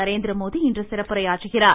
நரேந்திரமோதி இன்று சிறப்புரையாற்றுகிறார்